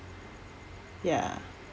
ya